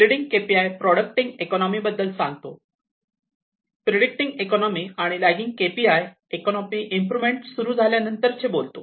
leading K P I predicting economy बद्दल सांगतो predicting economy आणि लॅगिंग केपीआय इकॉनोमी इम्प्रोवमेंट सुरु झाल्यानंतर चे बोलतो